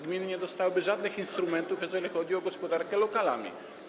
Gminy nie dostałyby żadnych instrumentów, jeżeli chodzi o gospodarkę lokalami.